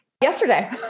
Yesterday